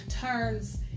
turns